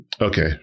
Okay